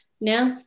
Now